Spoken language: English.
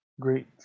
great